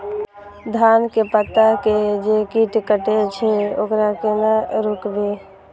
धान के पत्ता के जे कीट कटे छे वकरा केना रोकबे?